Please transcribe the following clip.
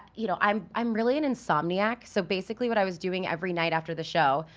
you know, i'm i'm really an insomniac, so basically what i was doing every night after the show,